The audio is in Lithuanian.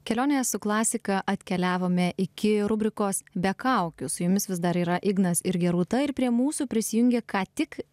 kelionėje su klasika atkeliavome iki rubrikos be kaukių su jumis vis dar yra ignas ir gerūta ir prie mūsų prisijungia ką tik